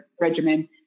regimen